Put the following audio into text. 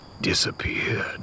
disappeared